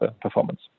performance